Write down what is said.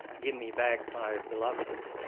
give me back my beloved,